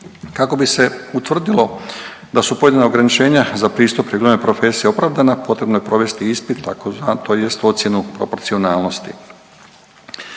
Kako bi se utvrdilo da su pojedina ograničenja za pristup reguliranoj profesiji opravdana potrebno je provesti ispit tj. ocjenu proporcionalnosti.